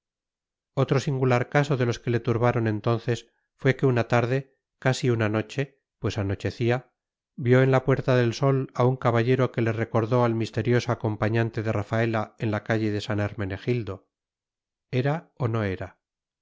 otro singular caso de los que le turbaron entonces fue que una tarde casi una noche pues anochecía vio en la puerta del sol a un caballero que le recordó al misterioso acompañante de rafaela en la calle de san hermenegildo era o no era